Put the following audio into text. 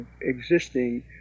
existing